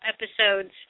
episodes